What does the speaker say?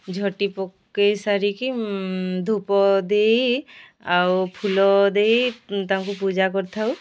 ଝୋଟି ପକେଇସାରିକି ଧୂପ ଦେଇ ଆଉ ଫୁଲ ଦେଇ ତାଙ୍କୁ ପୂଜା କରିଥାଉ